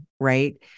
right